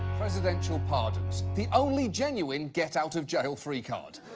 presidential pardons. the only genuine get out of jail free card.